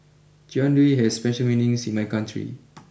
Jian Dui has special meanings in my country